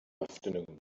afternoon